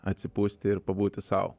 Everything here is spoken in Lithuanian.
atsipūsti ir pabūti sau